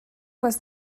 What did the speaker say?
was